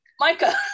Micah